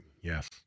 Yes